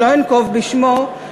שלא אנקוב בשמו,